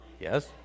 Yes